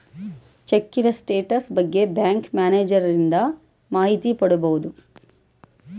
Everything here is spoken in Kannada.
ಚಿಕ್ಕಿನ ಸ್ಟೇಟಸ್ ಬಗ್ಗೆ ಬ್ಯಾಂಕ್ ಮ್ಯಾನೇಜರನಿಂದ ಮಾಹಿತಿ ಪಡಿಬೋದು